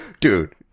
Dude